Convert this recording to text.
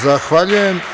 Zahvaljujem.